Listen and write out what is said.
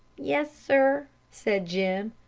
yes, sir, said jim.